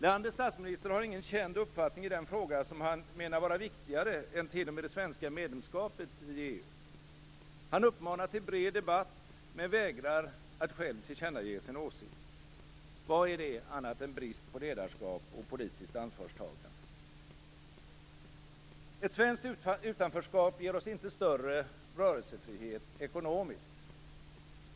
Landets statsminister har ingen känd uppfattning i den fråga som han menar vara viktigare än t.o.m. det svenska medlemskapet i EU. Han uppmanar till bred debatt, men vägrar att själv tillkännage sin åsikt. Vad är det annat än brist på ledarskap och politiskt ansvarstagande? Ett svenskt utanförskap ger oss inte större ekonomisk rörelsefrihet.